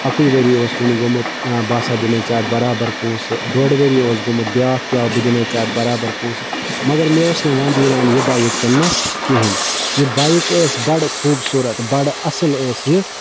اَکُے ؤری اوس وٕنہِ گوٚمُت آ بہٕ ہسا دِمَے ژےٚ اَتھ برابر پونٛسہٕ ڈۄڈ ؤری اوس گوٚمُت بیٛاکھ تہِ آو بہٕ دِمَے ژےٚ اَتھ برابر پونٛسہٕ مگر مےٚ اوس نہٕ وَنٛدٕ یِوان یہِ بایِک کٕنٛنَس کِہیٖنۍ یہِ بایِک ٲس بَڑٕ خوٗبصوٗرت بَڑٕ اَصٕل ٲس یہِ